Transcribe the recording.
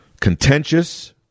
contentious